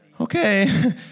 okay